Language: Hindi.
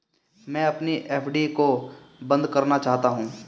मैं अपनी एफ.डी को बंद करना चाहता हूँ